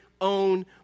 own